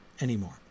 anymore